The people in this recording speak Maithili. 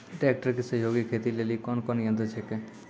ट्रेकटर के सहयोगी खेती लेली कोन कोन यंत्र छेकै?